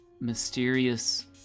mysterious